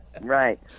Right